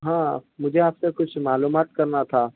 ہاں مجھے آپ سے کچھ معلومات کرنا تھا